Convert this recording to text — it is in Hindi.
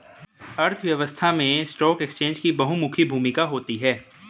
अर्थव्यवस्था में स्टॉक एक्सचेंज की बहुमुखी भूमिका होती है